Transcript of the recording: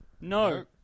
no